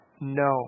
No